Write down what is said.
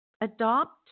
adopt